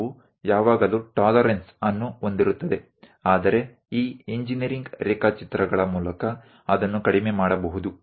દરેક ડિઝાઇનમાં હંમેશા ટોલરન્સ tolerances પરિમાણ માં માન્ય તફાવત હોય છે પરંતુ તે એન્જિનિયરિંગ ડ્રોઈંગ દ્વારા ઘટાડી શકાય છે